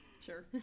Sure